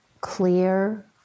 clear